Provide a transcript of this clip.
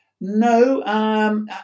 No